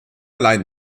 allein